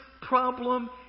problem